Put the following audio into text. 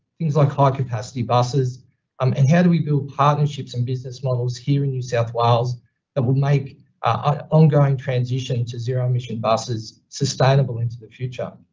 things like high capacity buses um and how do we build partnerships and business models here in new south wales that would make ongoing transition to zero emission buses sustainable into the future.